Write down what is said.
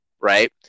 right